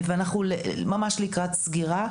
ואנחנו ממש לקראת סגירה.